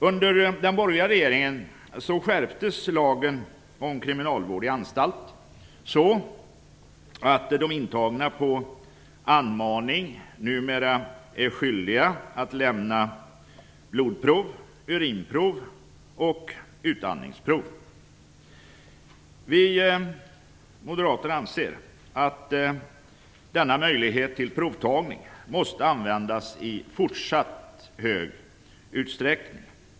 Under den borgerliga regeringen skärptes lagen om kriminalvård i anstalt så, att de intagna på anmaning numera är skyldiga att lämna blodprov, urinprov och utandningsprov. Vi moderater anser att denna möjlighet till provtagning måste användas i fortsatt stor utsträckning.